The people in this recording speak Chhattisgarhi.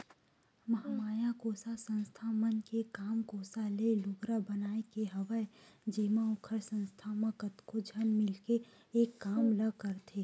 महामाया कोसा संस्था मन के काम कोसा ले लुगरा बनाए के हवय जेमा ओखर संस्था म कतको झन मिलके एक काम ल करथे